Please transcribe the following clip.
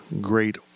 great